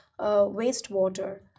wastewater